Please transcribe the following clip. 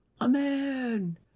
amen